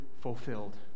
fulfilled